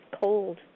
cold